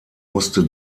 musste